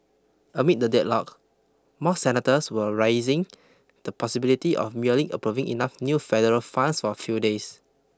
amid the deadlock more senators were raising the possibility of merely approving enough new federal funds for a few days